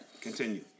Continue